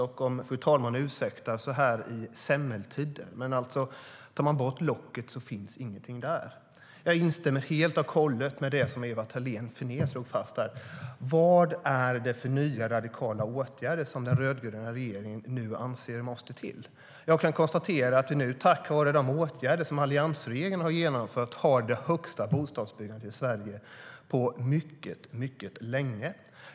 Om fru talman ursäktar så här i semmeltider: Om man tar bort locket finns ingenting där. Jag instämmer helt och hållet i det som Ewa Thalén Finné slog fast. Vad är det för nya, radikala åtgärder som den rödgröna regeringen nu anser måste till? Jag kan konstatera att vi nu tack vare de åtgärder som alliansregeringen har genomfört har det högsta bostadsbyggandet i Sverige på mycket länge.